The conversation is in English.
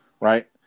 Right